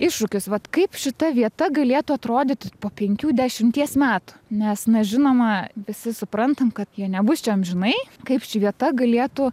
iššūkius vat kaip šita vieta galėtų atrodyti po penkių dešimties metų nes na žinoma visi suprantam kad jie nebus čia amžinai kaip ši vieta galėtų